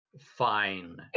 fine